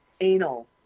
anal